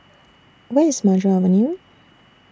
Where IS Maju Avenue